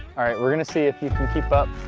alright we're gonna see if you can keep up.